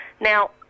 now